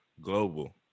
global